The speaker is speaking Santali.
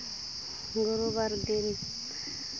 ᱜᱩᱨᱩ ᱵᱟᱨ ᱫᱤᱱ